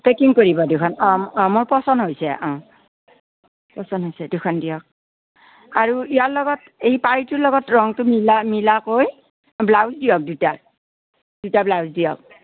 packing কৰিব দুখন অ অ মোৰ পচন্দ হৈছে অ পচন্দ হৈছে দুখন দিয়ক আৰু ইয়াৰ লগত এই পাৰিটোৰ লগত ৰঙটো মিলা মিলাকৈ ব্লাউজ দিয়ক দুটা দুটা ব্লাউজ দিয়ক